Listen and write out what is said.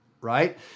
right